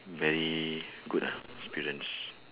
very good ah experience